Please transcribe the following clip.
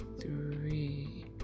three